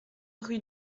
rue